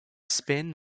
spin